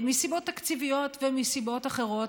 מסיבות תקציביות ומסיבות אחרות,